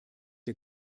der